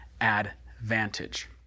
advantage